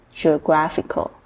geographical